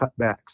cutbacks